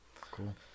cool